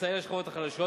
לסייע לשכבות החלשות,